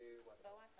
את דיון הוועדה